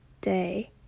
day